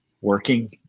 working